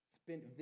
spent